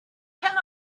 can